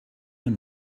your